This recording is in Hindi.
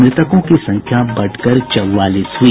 म्रतकों की संख्या बढ़कर चौवालीस हुई